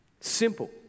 Simple